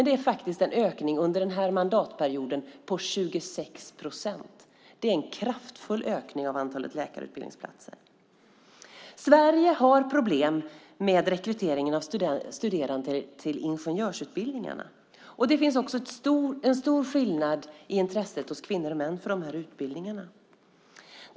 Det är faktiskt en ökning med 26 procent under denna mandatperiod. Det är en kraftfull ökning av antalet läkarutbildningsplatser. Sverige har problem med rekryteringen av studerande till ingenjörsutbildningarna. Det finns också en stor skillnad i intresset hos kvinnor och män för dessa utbildningar.